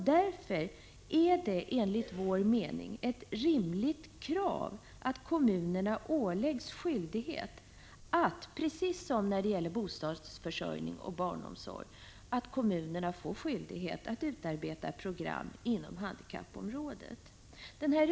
Därför är det enligt vår mening ett rimligt krav att kommunerna åläggs skyldighet, precis som när det gäller bostadsförsörjning och barnomsorg, att utarbeta program inom handikappområdet.